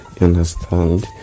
understand